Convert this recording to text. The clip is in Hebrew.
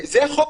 וזה החוק.